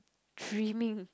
dreaming